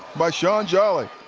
by shaun jolly.